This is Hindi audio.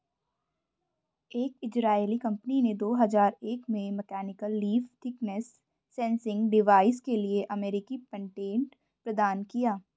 एक इजरायली कंपनी ने दो हजार एक में mechanical leaf thickness sensing device के लिए अमेरिकी पेटेंट प्रदान किया